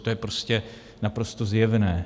To je prostě naprosto zjevné.